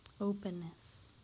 openness